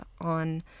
on